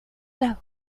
las